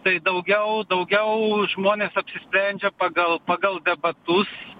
tai daugiau daugiau žmonės apsisprendžia pagal pagal debatus